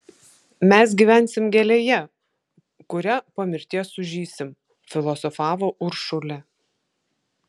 mes gyvensim gėlėje kuria po mirties sužysim filosofavo uršulė